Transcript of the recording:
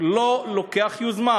לא נוקט יוזמה.